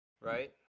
right